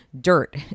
dirt